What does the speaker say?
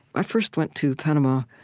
i first went to panama